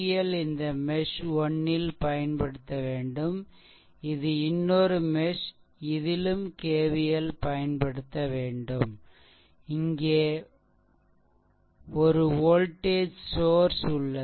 KVL இந்த மெஷ்1 ல் பயன்படுத்தவேண்டும் இது இன்னொரு மெஷ் இதிலும் KVL பயன்படுத்தவேண்டும் இங்கே 1 வோல்டேஜ் சோர்ஸ் உள்ளது